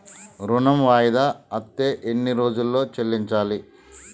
ఋణం వాయిదా అత్తే ఎన్ని రోజుల్లో చెల్లించాలి?